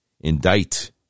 indict